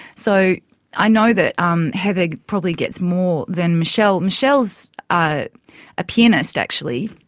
so i know that um heather probably gets more than michelle. michelle's a ah pianist, actually.